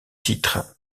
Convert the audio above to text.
titre